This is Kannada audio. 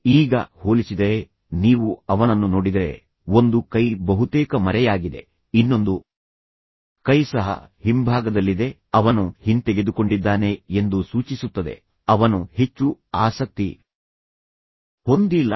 ಈಗ ಹೋಲಿಸಿದರೆ ನೀವು ಅವನನ್ನು ನೋಡಿದರೆ ಒಂದು ಕೈ ಬಹುತೇಕ ಮರೆಯಾಗಿದೆ ಇನ್ನೊಂದು ಕೈ ಸಹ ಹಿಂಭಾಗದಲ್ಲಿದೆ ಅವನು ಹಿಂತೆಗೆದುಕೊಂಡಿದ್ದಾನೆ ಎಂದು ಸೂಚಿಸುತ್ತದೆ ಅವನು ಹೆಚ್ಚು ಆಸಕ್ತಿ ಹೊಂದಿಲ್ಲ